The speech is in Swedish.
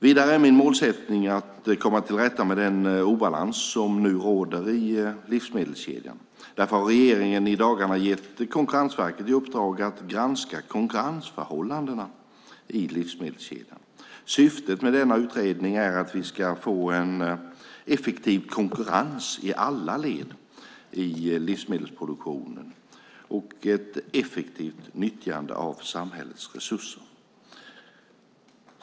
Vidare är min målsättning att komma till rätta med den obalans som nu råder i livsmedelskedjan. Därför har regeringen i dagarna gett Konkurrensverket i uppdrag att granska konkurrensförhållandena i livsmedelskedjan. Syftet med denna utredning är att vi ska få en effektiv konkurrens i alla led i livsmedelsproduktionen och ett effektivt nyttjande av samhällets resurser.